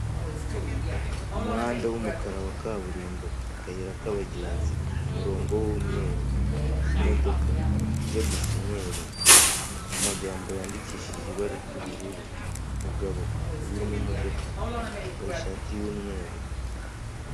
Umuhanda w'umukara wa kaburimbo, akayira k'abagenzi, umurongo w'umweru, imodoka ijya gusa umweru, amagambo yandikishije ibara ry'ubururu, umugabo uri mu modoka yambaye ishati y'umweru.